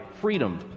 freedom